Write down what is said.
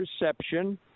reception